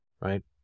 right